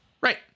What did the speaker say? Right